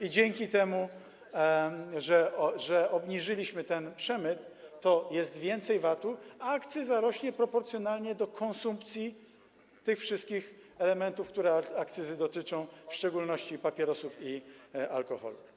i dzięki temu, że zmniejszyliśmy ten przemyt, jest więcej VAT-u, a akcyza rośnie proporcjonalnie do konsumpcji tych wszystkich elementów, które związane są z akcyzą, w szczególności papierosów i alkoholu.